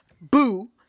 boo